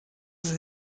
sie